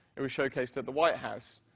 it was showcased at the white house.